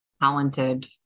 talented